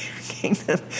kingdom